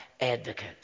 advocate